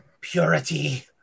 purity